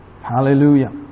Hallelujah